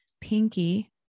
pinky